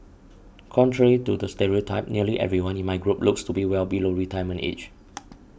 contrary to the stereotype nearly everyone in my group looks to be well below retirement age